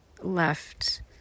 left